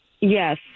Yes